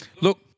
look